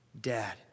Dad